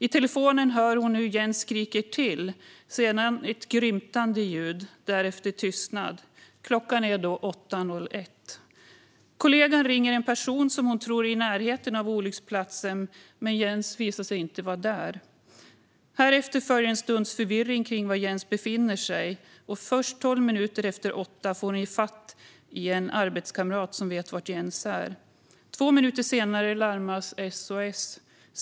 I telefonen hör hon hur Jens skriker till. Sedan hör hon ett grymtande ljud, och därefter är det tyst. Klockan är då 8.01. Kollegan ringer en person hon tror är i närheten av olycksplatsen, men Jens visar sig inte vara där. Härefter följer en stunds förvirring kring var Jens befinner sig. Först tolv minuter efter åtta får hon fatt i en arbetskamrat som vet var Jens är. Två minuter senare larmas SOS.